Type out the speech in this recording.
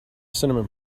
cinnamon